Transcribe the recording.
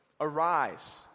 Arise